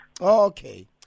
Okay